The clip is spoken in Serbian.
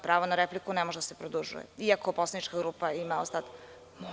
Pravo na repliku ne može da se produžuje, iako poslanička grupa ima ostatak vremena.